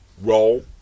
Roll